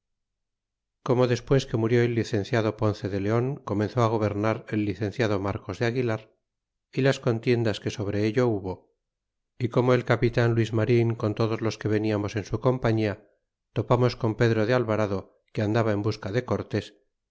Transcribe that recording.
como despues que murió el licenciado ponce de leon comenzó gobernar el licenciado marcos de aguilar y las contiendas que sobre ello hubo y como el capitan luis marfil con todos los que ve lamos en su compañia topamos con pedro de alvarado que andaba en busca de